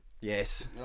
Yes